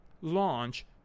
launch